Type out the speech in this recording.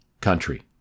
country